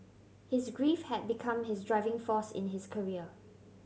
his grief had become his driving force in his career